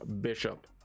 Bishop